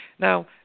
Now